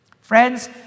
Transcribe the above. Friends